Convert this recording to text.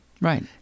Right